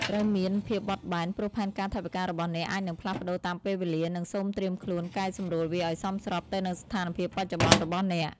ត្រូវមានភាពបត់បែន ព្រោះផែនការថវិការបស់អ្នកអាចនឹងផ្លាស់ប្តូរតាមពេលវេលា និងសូមត្រៀមខ្លួនកែសម្រួលវាឱ្យសមស្របទៅនឹងស្ថានភាពបច្ចុប្បន្នរបស់អ្នក។